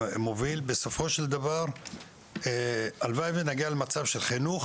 בסופו של דבר הלוואי שנגיע למצב של חינוך